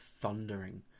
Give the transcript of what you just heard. thundering